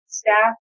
staff